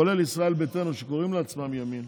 כולל ישראל ביתנו שקוראים לעצמם ימין,